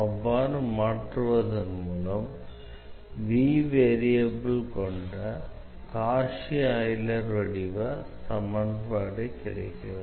அவ்வாறு மாற்றுவதன் மூலம் வேரியபிள் கொண்ட காஷி ஆய்லர் வடிவ சமன்பாடு கிடைக்கிறது